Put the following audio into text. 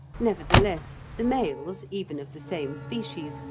nevertheless the males, even of the same species,